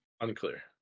unclear